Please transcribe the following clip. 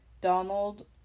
Donald